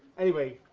anyway,